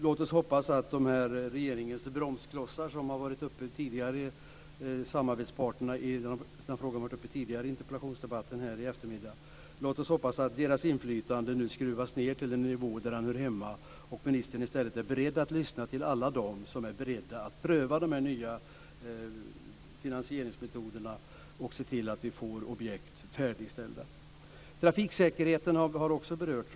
Låt oss hoppas att regeringens bromsklossars, samarbetspartner - den frågan har varit uppe tidigare i interpellationsdebatterna här i eftermiddag - inflytande nu skruvas ned till den nivå där den hör hemma. Låt oss hoppas att ministern i stället är beredd att lyssna till alla dem som är beredda att pröva de nya finansieringsmetoderna och se till att vi får objekt färdigställda. Trafiksäkerheten har också berörts.